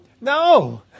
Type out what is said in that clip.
no